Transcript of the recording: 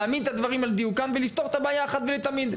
להעמיד את הדברים על דיוקם ולפתור את הבעיה אחת ולתמיד.